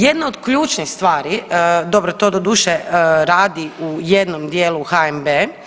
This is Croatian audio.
Jedna od ključnih stvari, dobro to doduše radi u jednom dijelu HNB.